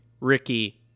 Ricky